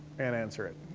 and answer it.